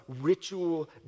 ritual